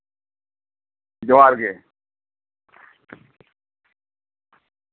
ᱡᱚᱦᱟᱨ ᱜᱮ